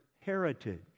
heritage